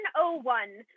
101